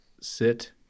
sit